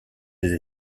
des